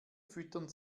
füttern